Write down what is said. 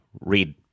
read